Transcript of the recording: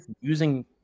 using